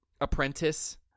apprentice